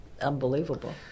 unbelievable